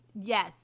Yes